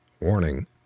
warning